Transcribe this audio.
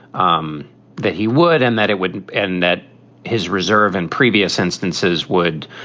um that he would and that it wouldn't and that his reserve in previous instances would